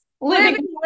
Living